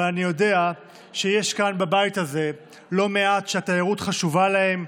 אבל אני יודע שיש כאן בבית הזה לא מעט שהתיירות חשובה להם.